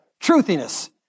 Truthiness